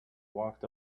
walked